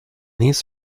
these